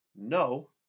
No